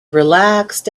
relaxed